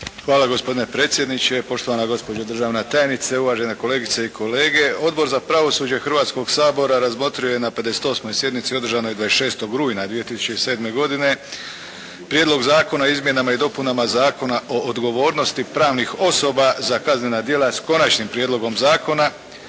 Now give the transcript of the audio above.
Hvala gospodine predsjedniče, poštovana gospođo državna tajnice, uvažene kolegice i kolege. Odbor za pravosuđe Hrvatskog sabora razmotrio je na 58. sjednici održanoj 26. rujna 2007. godine Prijedlog zakona o izmjenama i dopunama Zakona o odgovornosti pravnih osoba za kaznena djela s konačnim prijedlogom zakona.